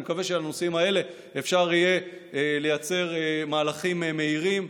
אני מקווה שעל הנושאים האלה אפשר יהיה לייצר מהלכים מהירים,